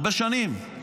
הרבה שנים.